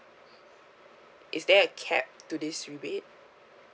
is there a cap to this rebate